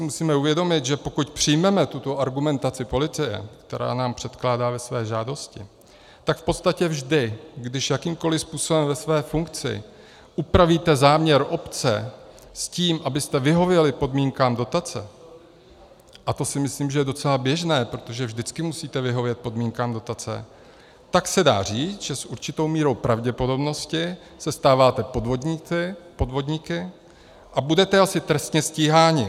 Musíme si asi uvědomit, že pokud přijmeme tuto argumentaci policie, kterou nám předkládá ve své žádosti, tak v podstatě vždy, když jakýmkoliv způsobem ve své funkci upravíte záměr obce s tím, abyste vyhověli podmínkám dotace, a to si myslím, že je docela běžné, protože vždycky musíte vyhovět podmínkám dotace, tak se dá říct, že s určitou mírou pravděpodobnosti se stáváte podvodníky a budete asi trestně stíháni.